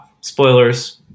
spoilers